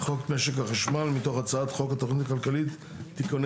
(חוק משק החשמל) מתוך הצעת חוק התכנית הכלכלית (תיקוני